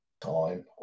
time